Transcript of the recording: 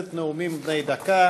קסדת מגן ברכיבה על אופנוע או קטנוע),